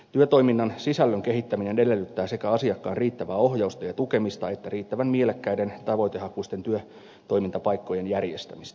työtoiminnan sisällön kehittäminen edellyttää sekä asiakkaan riittävää ohjausta ja tukemista että riittävän mielekkäiden tavoitehakuisten työtoimintapaikkojen järjestämistä